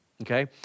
Okay